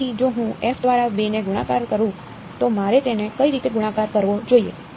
તેથી જો હું f દ્વારા 2 ને ગુણાકાર કરું તો મારે તેને કઈ રીતે ગુણાકાર કરવો જોઈએ